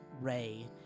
Ray